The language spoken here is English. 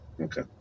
Okay